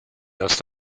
dass